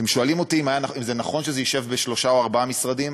אתם שואלים אותי אם זה נכון שזה ישב בשלושה או ארבעה משרדים?